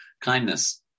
kindness